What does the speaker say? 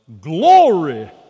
glory